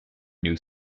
new